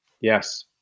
Yes